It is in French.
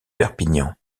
perpignan